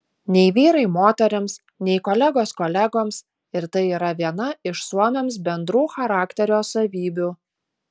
nei vyrai moterims nei kolegos kolegoms ir tai yra viena iš suomiams bendrų charakterio savybių